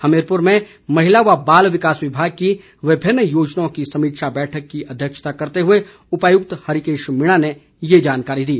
हमीरपुर में महिला व बाल विकास विभाग की विभिन्न योजनाओं की समीक्षा बैठक की अध्यक्षता करते हुए उपायुक्त हरिकेश मीणा ने ये जानकारी दी